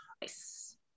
Nice